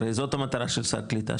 הרי זאת מטרת סל הקליטה,